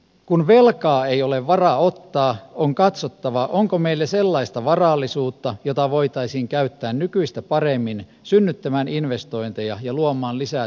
kun velkaa ei ole varaa ottaa on katsottava onko meillä sellaista varallisuutta jota voitaisiin käyttää nykyistä paremmin synnyttämään investointeja ja luomaan lisää työpaikkoja